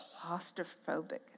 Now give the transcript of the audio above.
claustrophobic